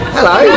Hello